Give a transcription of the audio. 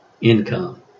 income